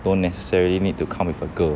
don't necessarily need to come with a girl